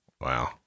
Wow